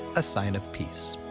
a sign of peace.